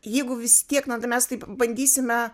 jeigu vis tiek na mes taip bandysime